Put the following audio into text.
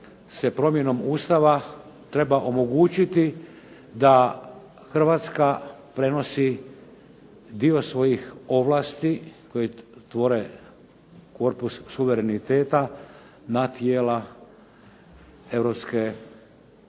se promjenom Ustava treba omogućiti da Hrvatska prenosi dio svojih ovlasti koje tvore korpus suvereniteta na tijela